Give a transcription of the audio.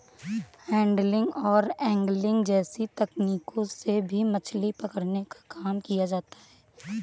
handling और angling जैसी तकनीकों से भी मछली पकड़ने का काम किया जाता है